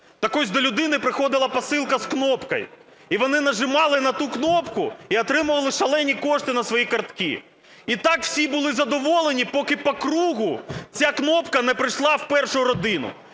Так ось до людини приходила посилка з кнопкой, і вони нажимали на ту кнопку і отримували шалені кошти на свої картки. І так всі були задоволені, поки по кругу ця кнопка не прийшла в першу родину.